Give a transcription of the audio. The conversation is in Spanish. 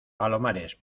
palomares